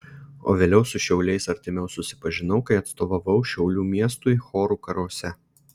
o vėliau su šiauliais artimiau susipažinau kai atstovavau šiaulių miestui chorų karuose